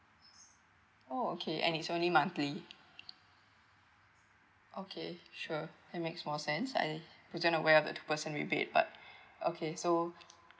oh okay and it's only monthly okay sure that makes more sense I we didn't aware of the two percent rebate but okay so